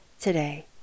today